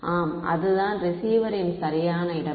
ஆம் அதுதான் ரிசீவரின் சரியான இடம்